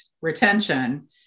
retention